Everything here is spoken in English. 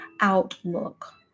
outlook